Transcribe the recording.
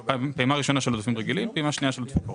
פעימה ראשונה של עודפים רגילים ופעימה שנייה של עודפי הקורונה.